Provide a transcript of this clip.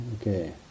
Okay